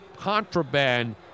contraband